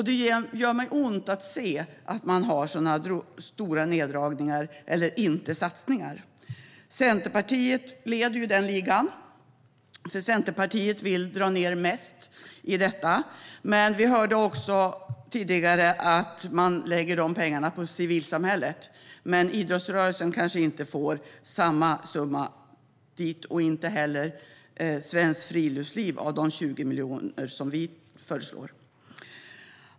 Det gör mig ont att se att man har så stora neddragningar eller att man inte satsar. Centerpartiet leder ligan, för de vill dra ned mest. Vi hörde tidigare att man lägger pengarna på civilsamhället, men idrottsrörelsen kanske inte får samma summa och inte heller Svenskt Friluftsliv, av de 20 miljoner som vi föreslår.